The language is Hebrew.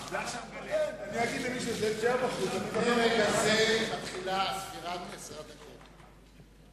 מרגע זה מתחילה ספירת עשר הדקות.